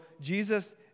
Jesus